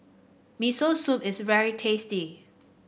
Miso Soup is very tasty